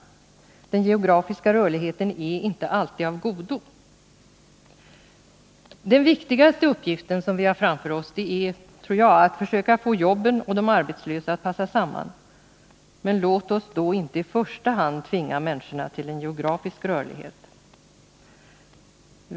Den geografiska rörligheten är inte alltid av godo. Den viktigaste uppgiften som vi har framför oss är, tror jag, att försöka få jobben och de arbetslösa att passa ihop. Men låt oss då inte i första hand tvinga människorna till geografisk rörlighet!